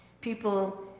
people